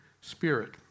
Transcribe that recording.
spirit